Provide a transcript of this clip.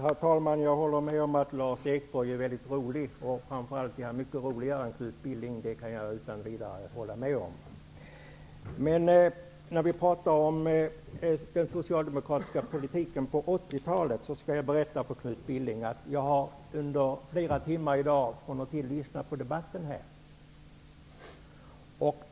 Herr talman! Jag håller med om att Lars Ekborg är väldigt rolig. Framför allt är han mycket roligare än Knut Billing. Det kan jag utan vidare påstå. När det gäller den socialdemokratiska politiken på 1980-talet skall jag berätta för Knut Billing att jag under flera timmar i dag har lyssnat på debatten här.